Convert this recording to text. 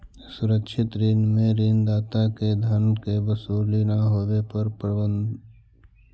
सुरक्षित ऋण में ऋण दाता के धन के वसूली ना होवे पर बंधक के रखल सामान के नीलाम कर देल जा हइ